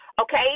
okay